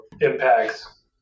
impacts